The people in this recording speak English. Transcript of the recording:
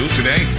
today